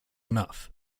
enough